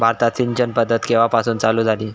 भारतात सिंचन पद्धत केवापासून चालू झाली?